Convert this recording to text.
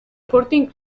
sporting